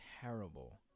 terrible